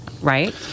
Right